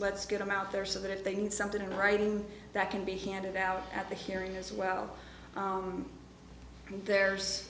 let's get them out there so that if they need something in writing that can be handed out at the hearing as well and there's